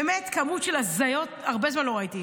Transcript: באמת, כמות של הזיות, הרבה זמן לא ראיתי.